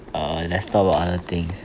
err let's talk about other things